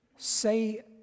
say